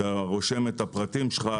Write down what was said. אתה רושם את הפרטים שלך,